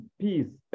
peace